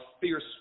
fierce